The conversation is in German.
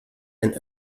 ein